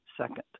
second